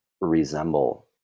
resemble